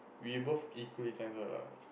we both equally talented ah